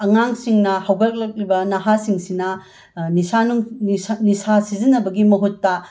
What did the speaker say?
ꯑꯉꯥꯡꯁꯤꯡꯅ ꯍꯧꯒꯠꯂꯛꯂꯤꯕ ꯅꯍꯥꯁꯤꯡꯁꯤꯅ ꯅꯤꯁꯥ ꯅꯨꯡ ꯅꯤꯁ ꯅꯤꯁꯥ ꯁꯤꯖꯤꯟꯅꯕꯒꯤ ꯃꯍꯨꯠꯇ